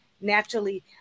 naturally